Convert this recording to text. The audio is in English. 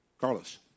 Carlos